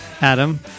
adam